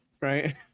right